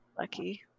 lucky